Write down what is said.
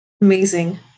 Amazing